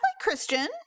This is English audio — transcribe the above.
christian